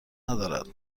ندارد